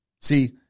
See